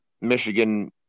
michigan